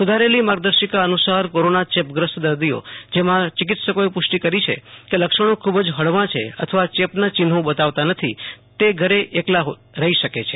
સુધારેલી માર્ગદશિકા અનુસાર કોરોના ચેપગ્રસ્ત દર્દાઓ જેમાં ચિકિત્સકોએ પુષ્ટિ કરી છે કે લક્ષણો ખુબ જ હળવા છે અથવા ચેપના ચિન્હો બતાવતા નથી તે ઘરે એકલા હોઈ શક છે